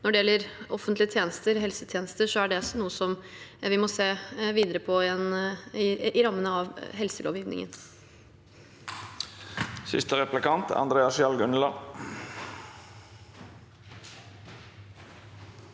Når det gjelder offentlige tjenester, helsetjenester, er det også noe vi må se videre på innenfor rammen av helselovgivningen.